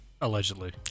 Allegedly